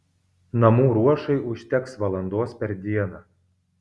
namų ruošai užteks valandos per dieną